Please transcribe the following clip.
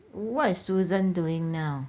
what is susan doing now